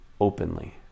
openly